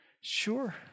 Sure